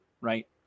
right